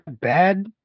bad